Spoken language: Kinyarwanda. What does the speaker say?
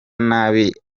nabi